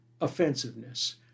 offensiveness